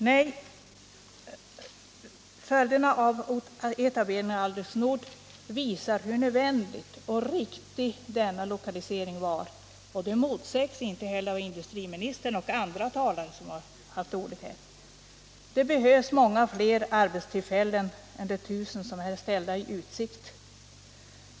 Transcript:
Nej, följderna av etableringen av Algots Nord visar hur nödvändig och viktig denna lokalisering var. Det motsägs inte heller av industriministern eller andra talare som haft ordet här. Det behövs många fler arbetstillfällen än de 1000 som är ställda i utsikt.